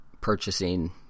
purchasing